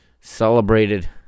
celebrated